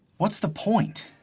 what's the point?